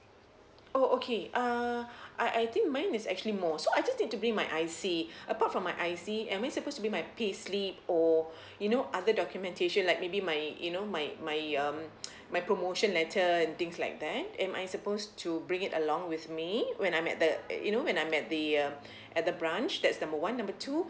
oh okay uh I I think mine is actually more so I just need to bring my I_C apart from my I_C am I supposed to bring my payslip or you know other documentation like maybe my you know my my um my promotion letter and things like that am I suppose to bring it along with me when I'm at the you know when I'm at the uh at the branch that's number one number two